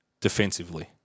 defensively